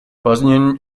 bosnian